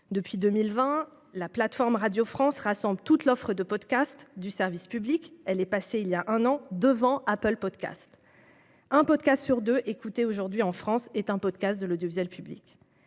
Depuis 2020, la plateforme Radio France rassemble toute l'offre de podcasts du service public. Elle est passée voilà un an devant Apple Podcasts. Un podcast sur deux qui est écouté aujourd'hui en France est un podcast de l'audiovisuel public.